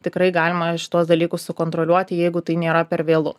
tikrai galima šituos dalykus sukontroliuoti jeigu tai nėra per vėlu